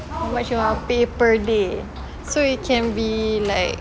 how much you want to pay per day so it can be like